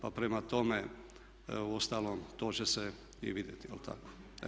Pa prema tome, uostalom to će se i vidjeti, je li tako?